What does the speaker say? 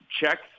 checks